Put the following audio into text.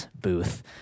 booth